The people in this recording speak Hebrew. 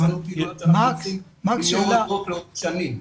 יש פעילויות שאנחנו עושים עם אור ירוק לאורך שנים.